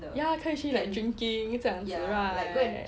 ya 可以去 like drinking 这样子 right